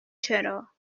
چرا